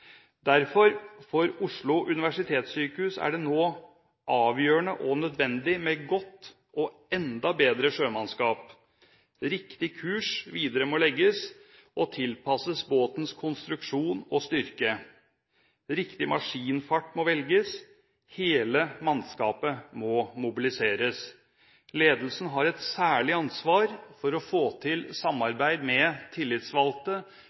Derfor: For Oslo universitetssykehus er det nå avgjørende og nødvendig med godt – og enda bedre – sjømannskap. Riktig kurs videre må legges og tilpasses båtens konstruksjon og styrke. Riktig maskinfart må velges, og hele mannskapet må mobiliseres. Ledelsen har et særlig ansvar for å få til et samarbeid med tillitsvalgte,